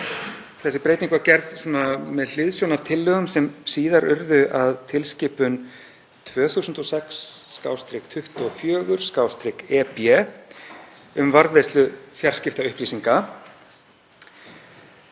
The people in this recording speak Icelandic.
Þessi breyting var gerð með hliðsjón af tillögum sem síðar urðu að tilskipun 2006/24/EB um varðveislu fjarskiptaupplýsinga.